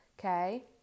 okay